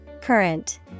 Current